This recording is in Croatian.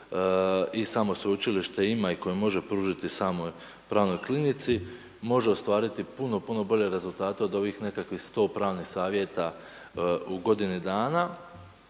i samo sveučilište ima i koje moje pružiti samoj pravnoj klinici može ostvariti puno, puno bolje rezultate od ovih nekakvih 100 pravnih savjeta u godini dana.